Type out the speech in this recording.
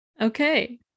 Okay